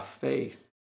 faith